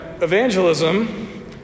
evangelism